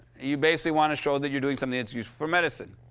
you basically want to show that you're doing something that's useful for medicine.